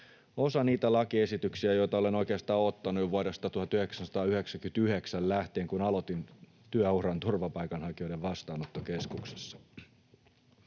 osa niitä lakiesityksiä, joita olen oikeastaan odottanut jo vuodesta 1999 lähtien, kun aloitin työuran turvapaikanhakijoiden vastaanottokeskuksessa.